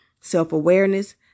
self-awareness